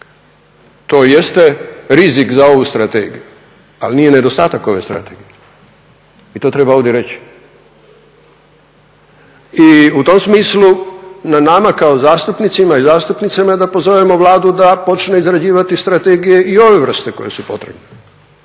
to jeste rizik za ovu strategiju ali nije nedostatak ove strategije i to treba ovdje reći. I u tom smislu na nama kao zastupnicima i zastupnicama je da pozovemo Vladu da počne izrađivati strategije i ove vrste koje su potrebne